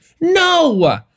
No